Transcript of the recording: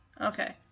Okay